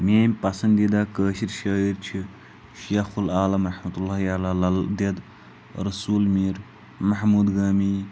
میٲنۍ پسنٛدیٖدہ کٲشِر شٲعر چھِ شیخ العالمؒ لل دٮ۪د رسوٗل میٖر محموٗد گٲمی